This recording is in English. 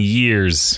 years